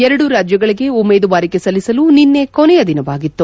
ಎರಡೂ ರಾಜ್ಲಗಳಿಗೆ ಉಮೇದುವಾರಿಕೆ ಸಲ್ಲಿಸಲು ನಿನ್ನೆ ಕೊನೆಯ ದಿನವಾಗಿತ್ತು